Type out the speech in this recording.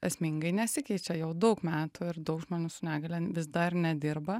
esmingai nesikeičia jau daug metų ir daug žmonių su negalia vis dar nedirba